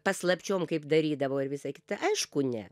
paslapčiom kaip darydavo ir visa kita aišku ne